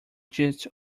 gist